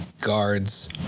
guard's